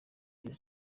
rayon